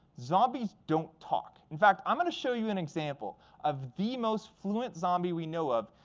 zombies don't talk. in fact, i'm going to show you an example of the most fluent zombie we know of,